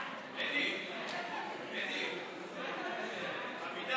עם ללא תפילה זה לא עם,